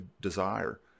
desire